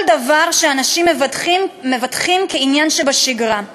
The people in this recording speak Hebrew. כל דבר שאנשים מבטחים כעניין שבשגרה.